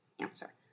answer